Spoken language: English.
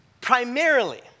primarily